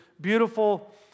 beautiful